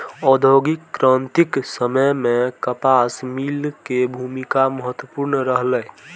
औद्योगिक क्रांतिक समय मे कपास मिल के भूमिका महत्वपूर्ण रहलै